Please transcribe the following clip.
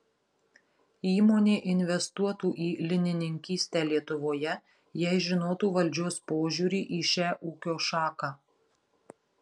įmonė investuotų į linininkystę lietuvoje jei žinotų valdžios požiūrį į šią ūkio šaką